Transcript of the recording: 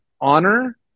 honor